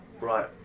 Right